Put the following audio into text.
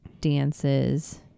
dances